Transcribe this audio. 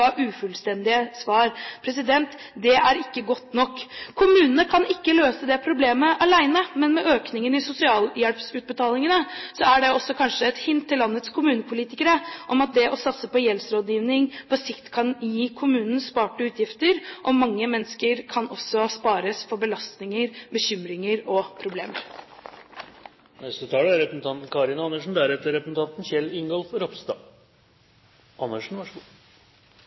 ufullstendige svar. Det er ikke godt nok. Kommunene kan ikke løse det problemet alene, men med økningen i sosialhjelpsutbetalingene er det også kanskje et hint til landets kommunepolitikere om at det å satse på gjeldsrådgivning på sikt kan gi kommunen sparte utgifter, og mange mennesker kan også spares for belastninger, bekymringer og problemer. Gjeldskrise er